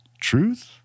truth